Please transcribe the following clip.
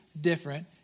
different